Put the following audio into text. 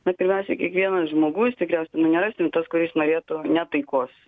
na pirmiausiai kiekvienas žmogus tikriausiai nu nerasim tas kuris norėtų ne taikos